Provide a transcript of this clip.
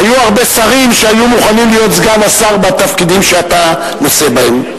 היו הרבה שרים שהיו מוכנים להיות סגן השר בתפקידים שאתה נושא בהם.